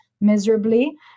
miserably